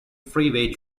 freeway